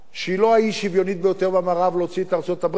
שהיא לא האי-שוויונית ביותר במערב להוציא את ארצות-הברית,